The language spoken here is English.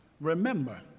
Remember